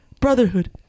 brotherhood